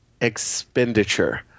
expenditure